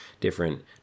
different